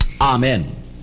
Amen